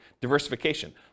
diversification